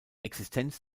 existenz